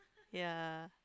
yeah